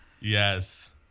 Yes